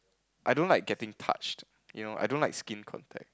I don't like getting touched you know I don't like skin contact